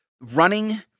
running